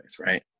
right